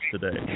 today